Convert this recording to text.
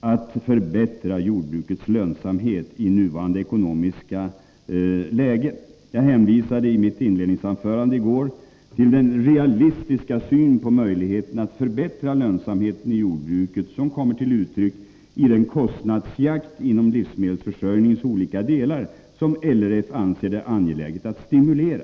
att förbättra jordbrukets lönsamhet i nuvarande ekonomiska läge. Jag hänvisade i mitt inledningsanförande i går till den realistiska syn på möjligheten att förbättra lönsamheten i jordbruket som kommer till uttryck i den kostnadsjakt inom livsmedelsförsörjningens olika delar som LRF anser det angeläget att stimulera.